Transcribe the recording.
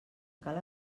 cal